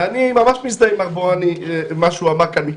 ואני ממש מזדהה עם מה שנאמר כאן קודם.